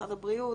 משרד הבריאות,